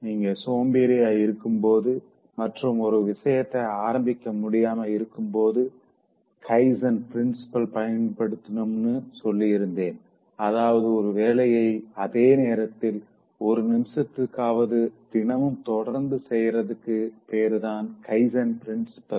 நீங்க சோம்பேறியா இருக்கும்போது மற்றும் ஒரு விஷயத்த ஆரம்பிக்க முடியாம இருக்கும்போது கைசன் பிரின்ஸிபள பயன்படுத்தனும்னு சொல்லியிருந்தேன் அதாவது ஒரு வேலைய அதே நேரத்தில ஒரு நிமிஷத்துக்காவது தினமும் தொடர்ந்து செய்யறதுக்கு பேருதான் கைசன் பிரின்ஸிபள்